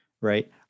right